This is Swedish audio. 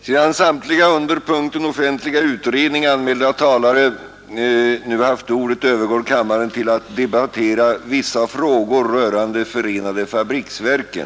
Sedan samtliga under punkten ”Offentliga utredningar” anmälda talare nu haft ordet, övergår kammaren till att debattera ”Vissa frågor rörande förenade fabriksverken”.